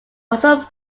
also